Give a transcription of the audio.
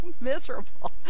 miserable